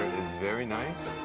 is very nice.